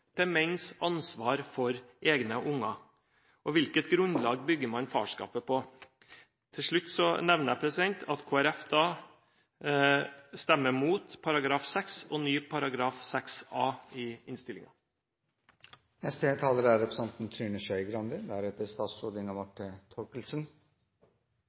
ansvar for egne barn, og hvilket grunnlag bygger man farskapet på? Til slutt nevner jeg at Kristelig Folkeparti stemmer mot § 6 og ny § 6 a i